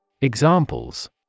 Examples